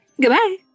Goodbye